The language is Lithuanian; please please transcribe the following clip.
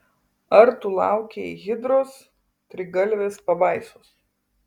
ar tu laukei hidros trigalvės pabaisos